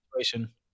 situation